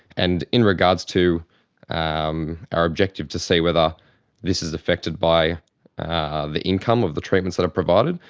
and in regards to ah um our objective to see whether this is affected by ah the income of the treatments that are provided,